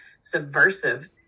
subversive